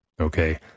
Okay